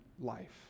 life